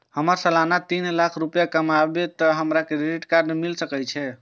हमर सालाना तीन लाख रुपए कमाबे ते हमरा क्रेडिट कार्ड मिल सके छे?